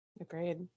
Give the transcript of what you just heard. agreed